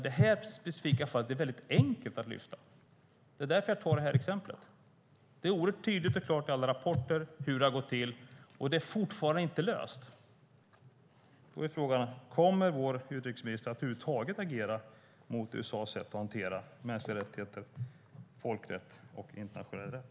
Detta specifika fall är enkelt att lyfta upp, och därför tar jag det som ett exempel. Det står tydligt och klart i alla rapporter hur det har gått till, men det är fortfarande inte löst. Kommer vår utrikesminister över huvud taget att agera mot USA:s sätt att hantera mänskliga rättigheter, folkrätt och internationell rätt?